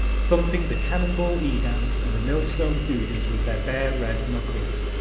thumping the cannon-ball edams and the millstone goudas with their bare red knuckles,